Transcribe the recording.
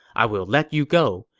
i will let you go.